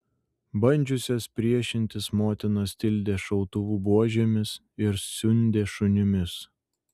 bandžiusias priešintis motinas tildė šautuvų buožėmis ir siundė šunimis